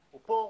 הוא פה,